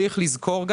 צריך לזכור,